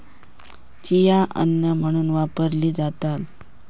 chia अन्न म्हणून वापरली जाता